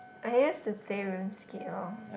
I use to play Runescape lor